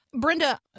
Brenda